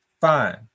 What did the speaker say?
Fine